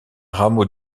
rameau